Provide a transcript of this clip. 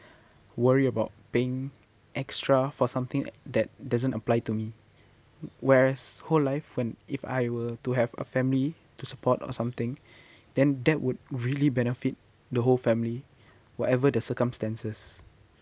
worry about paying extra for something that doesn't apply to me whereas whole life when if I were to have a family to support or something then that would really benefit the whole family whatever the circumstances